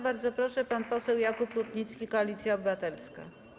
Bardzo proszę, pan poseł Jakub Rutnicki, Koalicja Obywatelska.